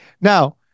now